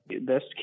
best